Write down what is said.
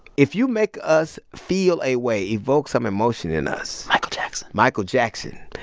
if you make us feel a way, evoke some emotion in us. michael jackson michael jackson,